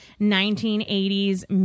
1980s